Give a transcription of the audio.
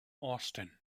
austen